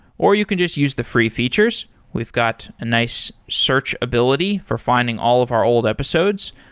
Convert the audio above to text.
or you can just use the free features. we've got a nice searchability for finding all of our old episodes.